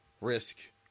risk